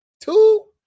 Two